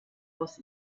aus